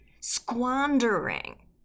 squandering